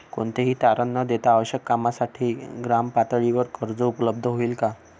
कोणतेही तारण न देता आवश्यक कामासाठी ग्रामपातळीवर कर्ज उपलब्ध होईल का?